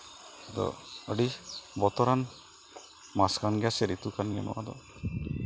ᱟᱫᱚ ᱟᱹᱰᱤ ᱵᱚᱛᱚᱨᱟᱱ ᱢᱟᱥ ᱠᱟᱱ ᱜᱮᱭᱟ ᱥᱮ ᱨᱤᱛᱩ ᱠᱟᱱ ᱜᱮᱭ ᱱᱚᱣᱟᱫᱚ